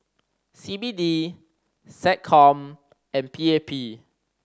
C B D SecCom and P A P